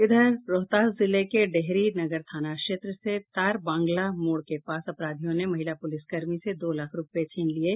इधर रोहतास जिले के डेहरी नगर थाना क्षेत्र के तार बांग्ला मोड़ के पास अपराधियों ने महिला पुलिसकर्मी से दो लाख रूपये छीन लिये